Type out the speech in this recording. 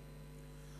קדימה.